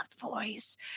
voice